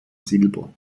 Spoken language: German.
silber